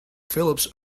phillips